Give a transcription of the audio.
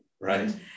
Right